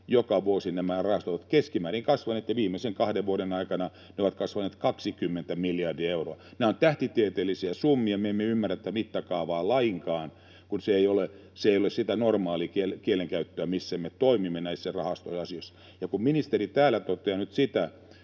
joka vuosi nämä rahastot ovat keskimäärin kasvaneet, ja viimeisen kahden vuoden aikana ne ovat kasvaneet 20 miljardia euroa. Nämä ovat tähtitieteellisiä summia. Me emme ymmärrä tätä mittakaavaa lainkaan, kun se ei ole sitä normaalikielenkäyttöä, missä me toimimme näissä rahastoasioissa. Kun ministeri täällä toteaa nyt, että